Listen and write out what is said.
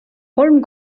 kolm